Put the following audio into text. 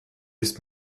ist